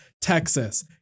Texas